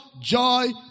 joy